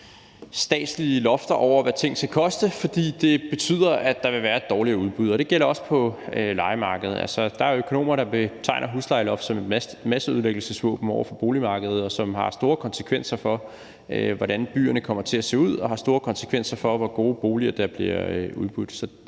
statslige lofter over, hvad ting skal koste, fordi det betyder, at der vil være et dårligere udbud, og det gælder også på lejemarkedet. Der er økonomer, der betegner huslejeloftet som et masseødelæggelsesvåben over for boligmarkedet, som har store konsekvenser for, hvordan byerne kommer til at se ud, og har store konsekvenser for, hvor gode boliger der bliver udbudt.